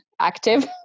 active